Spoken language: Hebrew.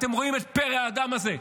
אתם רואים את פרא האדם הזה,